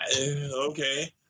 Okay